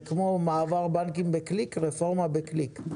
זה כמו מעבר בין בנקים בקליק רפורמה בקליק.